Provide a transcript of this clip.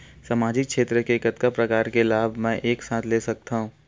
सामाजिक क्षेत्र के कतका प्रकार के लाभ मै एक साथ ले सकथव?